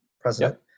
president